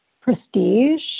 prestige